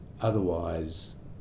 otherwise